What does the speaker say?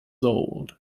old